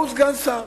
מהו סגן שר.